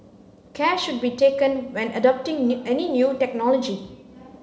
care should be taken when adopting new any new technology